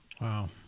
Wow